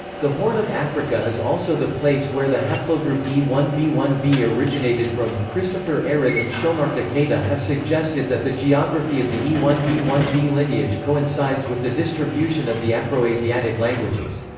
the horn of africa is also the place where the haplogroup e one b one b originated from, christopher ehret and shomarka keita have suggested that the geography of the e one b one b lineage coincides with the distribution of the afroasiatic languages.